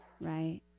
Right